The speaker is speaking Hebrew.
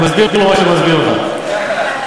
מול ההוצאה הצפויה, יש עודף של 9.5 מיליארד.